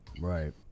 right